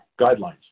guidelines